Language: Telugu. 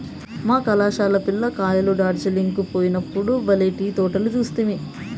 మా కళాశాల పిల్ల కాయలు డార్జిలింగ్ కు పోయినప్పుడు బల్లే టీ తోటలు చూస్తిమి